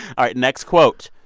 ah right. next quote,